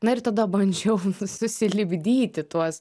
na ir tada bandžiau susilipdyti tuos